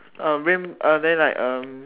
uh green uh then like um